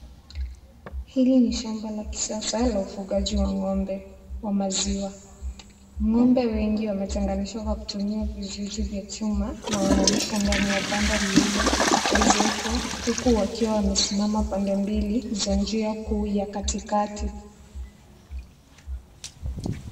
Hili ni shamba la kisasa la ufugaji wa ngombe wa maziwa, ngombe wengi wamechanganyishwa kwa kutumia vizizi vya chuma na wanalisha ndani ya banda lililo ezekwa huku wakiwa wamesimama pande mbili ya njia kuu za katikati.